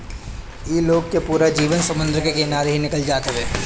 इ लोग के पूरा जीवन समुंदर के किनारे ही निकल जात हवे